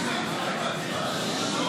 רוקדות על הדם.